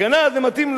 הגנה זה מתאים,